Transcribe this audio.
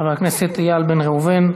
חבר הכנסת איל בן ראובן,